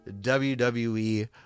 WWE